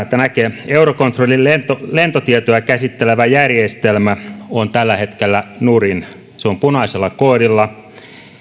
että eurocontrolin lentotietoja lentotietoja käsittelevä järjestelmä on tällä hetkellä nurin se on punaisella koodilla